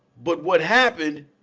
but what happened,